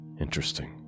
Interesting